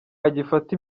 agifata